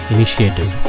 Initiative